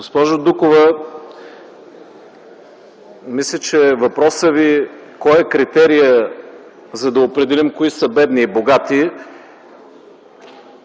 Госпожо Дукова, мисля, че въпросът Ви кой е критерият, за да определим кои са бедни и богати,